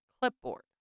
clipboard